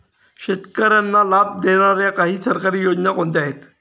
शेतकऱ्यांना लाभ देणाऱ्या काही सरकारी योजना कोणत्या आहेत?